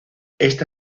esta